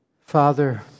Father